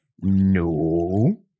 No